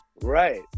Right